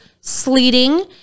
sleeting